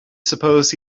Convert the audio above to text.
suppose